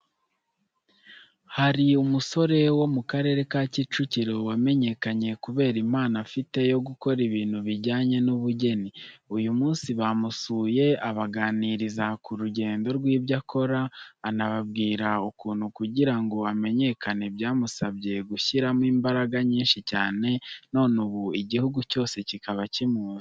Hari umusore wo mu Karere ka Kicukiro wamenyekanye kubera impano afite yo gukora ibintu bijyanye n'ubugeni. Uyu munsi bamusuye abaganiriza ku rugendo rw'ibyo akora, anababwira ukuntu kugira ngo amenyekane byamusabye gushyiramo imbaraga nyinshi cyane, none ubu igihugu cyose kikaba kimuzi.